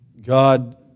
God